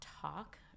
talk